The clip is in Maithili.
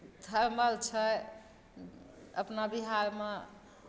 थरमल छै अपना बिहारमे